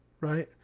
right